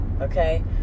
okay